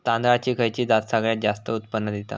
तांदळाची खयची जात सगळयात जास्त उत्पन्न दिता?